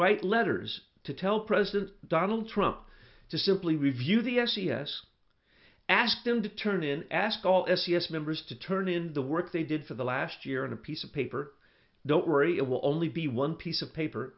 write letters to tell president donald trump to simply review the s e s asked him to turn in ask all s c s members to turn in the work they did for the last year and a piece of paper don't worry it will only be one piece of paper